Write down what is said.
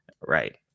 right